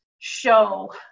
show